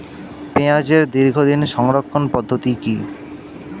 পেঁয়াজের দীর্ঘদিন সংরক্ষণ পদ্ধতি কি?